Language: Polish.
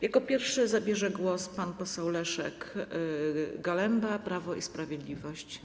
Jako pierwszy zabierze głos pan poseł Leszek Galemba, Prawo i Sprawiedliwość.